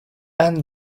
and